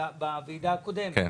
בוועידה הקודמת.